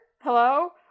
Hello